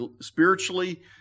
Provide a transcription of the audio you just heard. spiritually